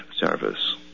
Service